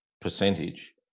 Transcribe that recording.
percentage